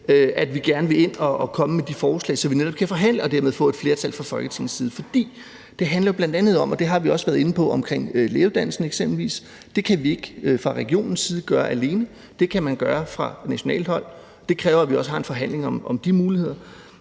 at vi gerne vil ind og komme med de forslag, så vi netop kan forhandle og dermed få et flertal i Folketinget. For det handler jo bl.a. om, og det har vi også været inde på med lægeuddannelsen eksempelvis, at vi ikke kan gøre det alene fra regionens side. Det kan man gøre fra nationalt hold. Det kræver, at vi også har en forhandling om de muligheder.